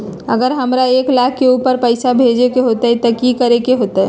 अगर हमरा एक लाख से ऊपर पैसा भेजे के होतई त की करेके होतय?